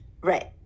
Right